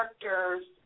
characters